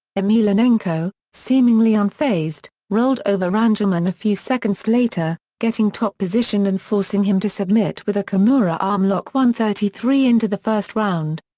emelianenko, seemingly unfazed, rolled over randleman a few seconds later, getting top position and forcing him to submit with a kimura armlock one thirty three into the first round.